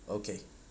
okay